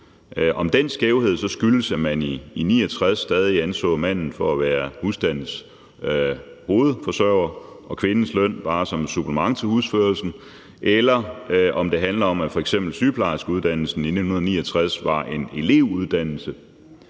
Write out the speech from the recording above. Om den skævhed så skyldes, at man i 1969 stadig anså manden for at være husstandens hovedforsøger, og at kvindens løn bare var et supplement til husførelsen, eller om det handler om, at f.eks. sygeplejeuddannelsen i 1969 var en elevuddannelse,